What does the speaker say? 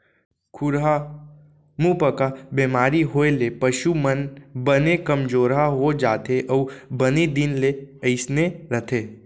खुरहा मुहंपका बेमारी होए ले पसु मन बने कमजोरहा हो जाथें अउ बने दिन ले अइसने रथें